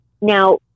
Now